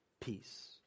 peace